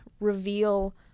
reveal